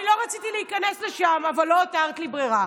אני לא רציתי להיכנס לשם אבל לא הותרת לי ברירה.